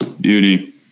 Beauty